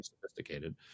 sophisticated